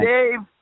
Dave